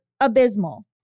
abysmal